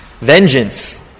Vengeance